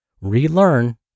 Relearn